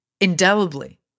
indelibly